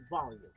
volume